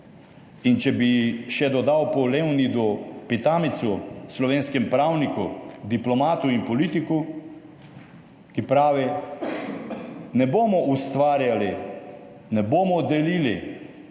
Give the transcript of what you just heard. In če bi še dodal po Leonidu Pitamicu, slovenskem pravniku, diplomatu in politiku, ki pravi: "Ne bomo ustvarjali, ne bomo delili